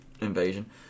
invasion